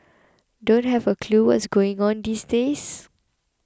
don't have a clue what's going on these days